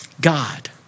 God